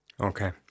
Okay